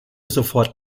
sofort